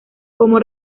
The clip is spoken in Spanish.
como